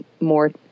more